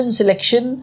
selection